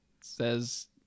says